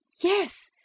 Yes